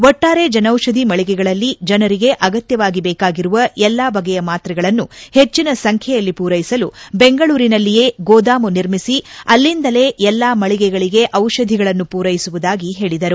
ಒಟ್ಟಾರೆ ಜನೌಷಧಿ ಮಳಗೆಗಳಲ್ಲಿ ಜನರಿಗೆ ಅಗತ್ಯವಾಗಿ ಬೇಕಾಗಿರುವ ಎಲ್ಲಾ ಬಗೆಯ ಮಾತ್ರೆಗಳನ್ನು ಹೆಚ್ಚಿನ ಸಂಖ್ಯೆಯಲ್ಲಿ ಪೂರ್ವೆಸಲು ಬೆಂಗಳೂರಿನಲ್ಲಿಯೇ ಗೋದಾಮು ನಿರ್ಮಿಸಿ ಅಲ್ಲಿಂದಲೇ ಎಲ್ಲಾ ಮಳಿಗೆಗಳಿಗೆ ಪೂರೈಸುವುದಾಗಿ ಹೇಳಿದರು